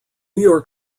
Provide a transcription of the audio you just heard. york